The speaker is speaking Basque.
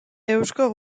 eusko